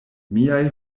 miaj